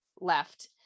left